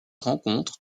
rencontrent